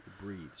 breathes